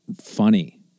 funny